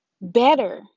better